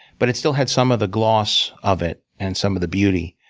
but it still had some of the gloss of it, and some of the beauty.